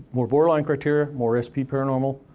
more borderline criteria, more esp paranormal.